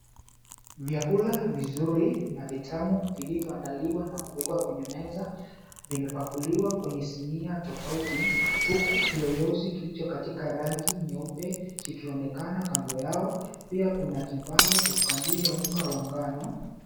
Vyakula vizuri na vitamu vilivyoandaliwa na kuwekewa kwenye meza vimepakuliwa kwenye sinia tofauti huku kiyoyozi kilicho katika rangi nyeupe likionekana kando yao pia kuna kibao cha kukandia unga wa ngano.